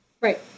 right